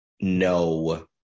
no